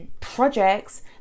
projects